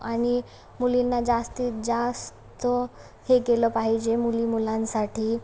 आणि मुलींना जास्तीत जास्त हे केलं पाहिजे मुलीमुलांसाठी